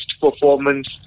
performance